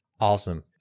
Awesome